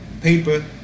paper